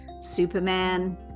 Superman